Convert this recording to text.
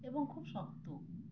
এবং খুব শক্ত